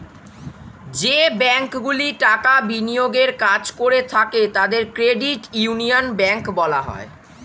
যে ব্যাঙ্কগুলি টাকা বিনিয়োগের কাজ করে থাকে তাদের ক্রেডিট ইউনিয়ন ব্যাঙ্ক বলা হয়